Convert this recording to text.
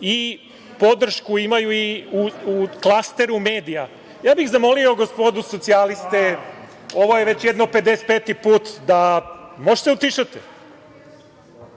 i podršku imaju i u klasteru medija. Zamolio bih kolege socijaliste, ovo je već pedeset peti put, možete li